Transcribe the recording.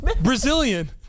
Brazilian